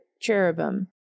cherubim